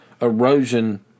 erosion